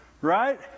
Right